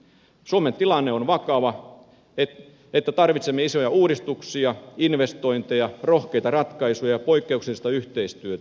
suomen tilanne on niin vakava että tarvitsemme isoja uudistuksia investointeja rohkeita ratkaisuja ja poikkeuksellista yhteistyötä